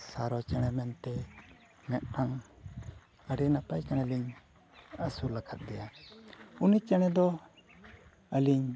ᱥᱟᱨᱳ ᱪᱮᱬᱮ ᱢᱮᱱᱛᱮ ᱢᱤᱫᱴᱟᱝ ᱟᱹᱰᱤ ᱱᱟᱯᱟᱭ ᱪᱮᱬᱮ ᱞᱤᱧ ᱟᱹᱥᱩᱞ ᱟᱠᱟᱫᱮᱭᱟ ᱩᱱᱤ ᱪᱮᱬᱮᱫᱚ ᱟᱹᱞᱤᱧ